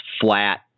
flat